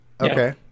okay